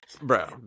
bro